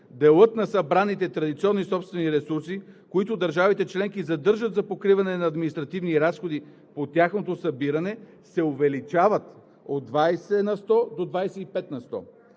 Делът на събраните традиционни собствени ресурси, който държавите членки задържат за покриване на административни разходи по тяхното събиране, се увеличава от 20 на сто до 25 на сто.